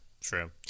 True